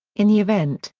in the event,